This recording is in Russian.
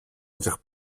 этих